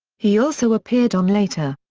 he also appeared on later.